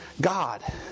God